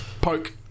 Poke